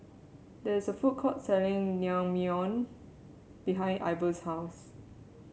there is a food court selling Naengmyeon behind Ivor's house